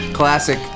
classic